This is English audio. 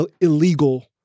illegal